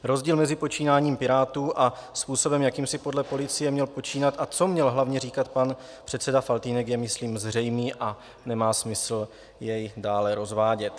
Rozdíl mezi počínáním Pirátů a způsobem, jakým si podle policie měl počínat a co měl hlavně říkat pan předseda Faltýnek, je, myslím, zřejmý a nemá smysl jej dále rozvádět.